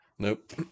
Nope